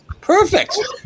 Perfect